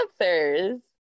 answers